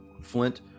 Flint